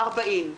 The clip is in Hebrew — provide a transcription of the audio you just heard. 40.